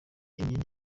imyenda